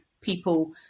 people